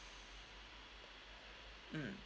mm